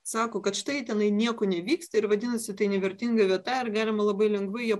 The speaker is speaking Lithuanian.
sako kad štai tenai nieko nevyksta ir vadinasi tai nevertinga vieta ar galima labai lengvai ją